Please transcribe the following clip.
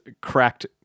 cracked